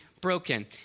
broken